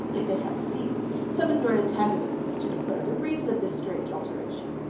if they have ceased, summon your antagonists to declare the reason of this strange alteration.